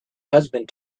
husband